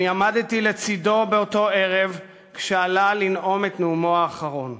אני עמדתי לצדו באותו ערב כשעלה לנאום את נאומו האחרון,